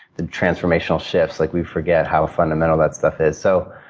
the transformational shifts, like we forget how fundamental that stuff is. so,